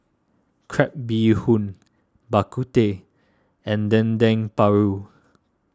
Crab Bee Hoon Bak Kut Teh and Dendeng Paru